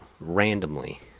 randomly